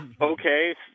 Okay